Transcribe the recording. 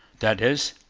that is,